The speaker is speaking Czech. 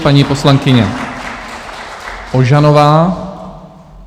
Paní poslankyně Ožanová.